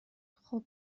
خوب